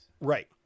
Right